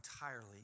entirely